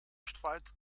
streit